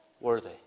worthy